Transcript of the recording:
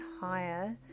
higher